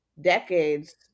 decades